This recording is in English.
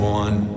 one